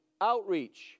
outreach